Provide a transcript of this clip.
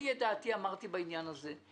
את דעתי אמרתי בעניין הזה.